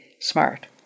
smart